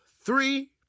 three